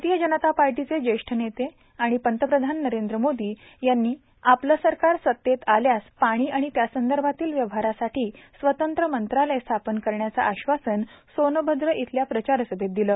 भारतीय जनता पार्टीचे ज्येष्ठ नेते पंतप्रधान नरेंद्र मोदी यांनी आपल सरकार सत्तेत आल्यास पाणी आणि त्यासंदर्भातील व्यवहारासाठी स्वतंत्र मंत्रालय स्थापन करण्याच आश्वासन सोनभद्र इथल्या प्रचारसभेत दिलं